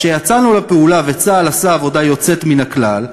כשיצאנו לפעולה וצה"ל עשה עבודה יוצאת מן הכלל,